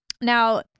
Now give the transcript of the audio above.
Now